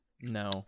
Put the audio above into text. No